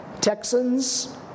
Texans